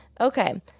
Okay